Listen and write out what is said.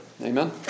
Amen